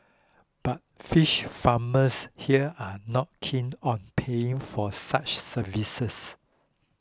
but fish farmers here are not keen on paying for such services